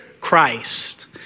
Christ